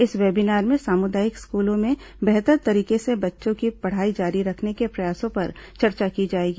इस वेबीनार में सामुदायिक स्कूलों में बेहतर तरीके से बच्चों की पढ़ाई जारी रखने के प्रयासों पर चर्चा की जाएगी